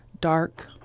dark